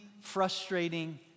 frustrating